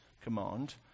command